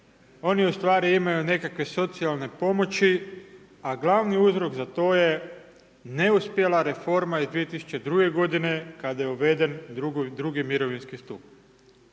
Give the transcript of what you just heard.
oni ustvari imaju nekakve socijalne pomoći, a glavni uzrok za to je neuspjela reforma iz 2002. godine kada je uveden II. mirovinski stup.